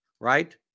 Right